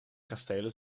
kastelen